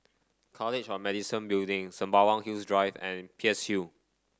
College of Medicine Building Sembawang Hills Drive and Peirce Hill